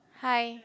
hi